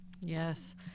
Yes